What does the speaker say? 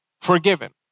forgiven